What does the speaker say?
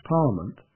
Parliament